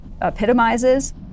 epitomizes